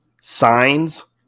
signs